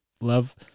Love